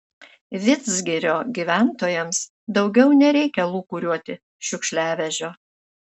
vidzgirio gyventojams daugiau nereikia lūkuriuoti šiukšliavežio